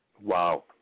Wow